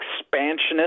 expansionist